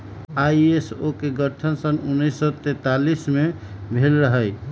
ISO के गठन सन उन्नीस सौ सैंतालीस में भेल रहै